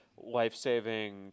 life-saving